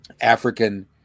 African